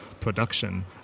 production